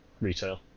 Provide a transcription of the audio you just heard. retail